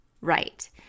right